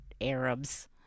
Arabs